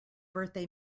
birthday